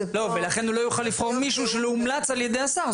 לכן הוא לא יוכל לבחור מישהו שלא הומלץ על ידי השר.